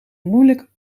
moeilijk